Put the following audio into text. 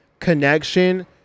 connection